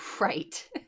right